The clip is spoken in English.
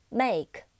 make